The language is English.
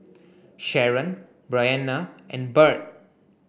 Sharon Brianna and Byrd